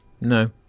No